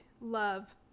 love